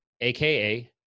AKA